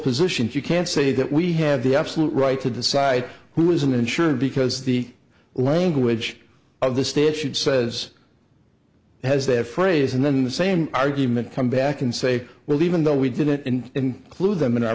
positions you can say that we have the absolute right to decide who is an insured because the language of the state should says has that phrase and then the same argument come back and say well even though we did it and include them in our